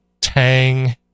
tang